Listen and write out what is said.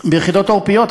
ביחידות עורפיות.